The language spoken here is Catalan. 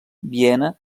viena